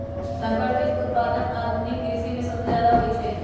संकर बीज उत्पादन आधुनिक कृषि में सबसे जादे होई छई